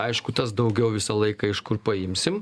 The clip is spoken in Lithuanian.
aišku tas daugiau visą laiką iš kur paimsim